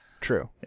True